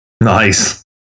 Nice